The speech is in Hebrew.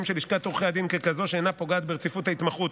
של לשכת עורכי הדין ככזאת שאינה פוגעת ברציפות ההתמחות,